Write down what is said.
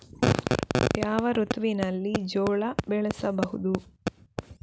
ಯಾವ ಋತುವಿನಲ್ಲಿ ಜೋಳ ಬೆಳೆಸಬಹುದು?